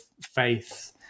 faith